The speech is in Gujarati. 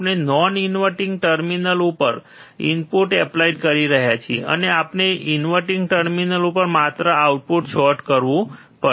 આપણે નોન ઇન્વર્ટીંગ ટર્મિનલ ઉપર ઇનપુટ એપ્લાઈડ કરી રહ્યા છીએ અને આપણે ઇન્વર્ટીંગ ટર્મિનલ સાથે માત્ર આઉટપુટ શોર્ટ કરવું પડશે